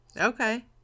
Okay